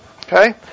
Okay